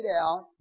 out